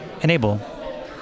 enable